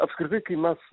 apskritai kai mes